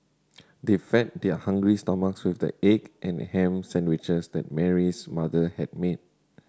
they fed their hungry stomachs with the egg and ham sandwiches that Mary's mother had made